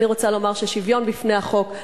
ואני רוצה לומר ששוויון בפני החוק,